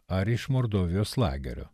ar iš mordovijos lagerio